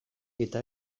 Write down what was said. eta